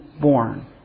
born